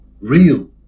real